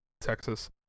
Texas